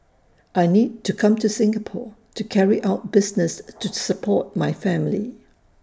I need to come to Singapore to carry out business to support my family